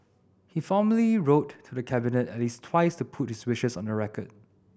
he formally wrote to the Cabinet at least twice to put his wishes on the record